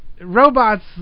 Robots